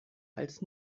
als